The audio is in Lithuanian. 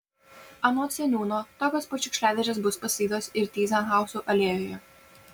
anot seniūno tokios pat šiukšliadėžės bus pastatytos ir tyzenhauzų alėjoje